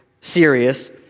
serious